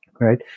Right